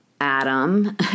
Adam